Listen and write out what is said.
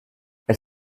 elle